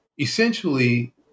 essentially